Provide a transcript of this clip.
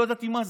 לא ידעתי מה זה.